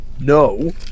no